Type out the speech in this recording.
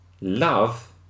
love